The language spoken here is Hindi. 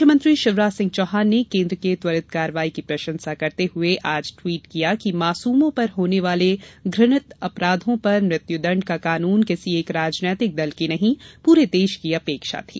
मुख्यमंत्री शिवराज सिंह चौहान ने केन्द्र के त्वरित कार्रवाई की प्रशंसा करते हुए ट्वीट किया कि मासूमों पर होने वाले घृणित अपराधों पर मृत्युदंड का कानून किसी एक राजनीतिक दल की नहीं पूरे देश की अपेक्षा थी